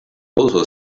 also